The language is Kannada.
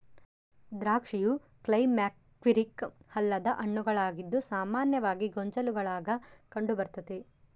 ದ್ರಾಕ್ಷಿಯು ಕ್ಲೈಮ್ಯಾಕ್ಟೀರಿಕ್ ಅಲ್ಲದ ಹಣ್ಣುಗಳಾಗಿದ್ದು ಸಾಮಾನ್ಯವಾಗಿ ಗೊಂಚಲುಗುಳಾಗ ಕಂಡುಬರ್ತತೆ